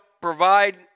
provide